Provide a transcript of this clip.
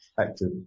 Active